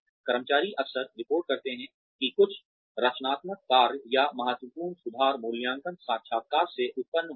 कर्मचारी अक्सर रिपोर्ट करते हैं कि कुछ रचनात्मक कार्य या महत्वपूर्ण सुधार मूल्यांकन साक्षात्कार से उत्पन्न होते हैं